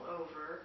over